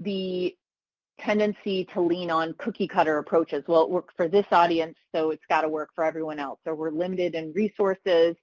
the tendency to lean on cookie cutter approaches, well it worked for this audience so it's got to work for everyone else, or we're limited in resources